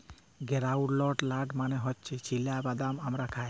গেরাউলড লাট মালে হছে চিলা বাদাম আমরা খায়